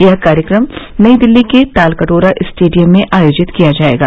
यह कार्यक्रम नई दिल्ली के तालकटोरा स्टेडियम में आयोजित किया जायेगा